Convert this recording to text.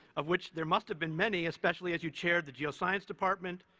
of which there must have been many, especially as you chaired the geosciences department,